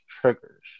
triggers